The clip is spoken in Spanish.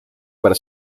para